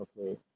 okay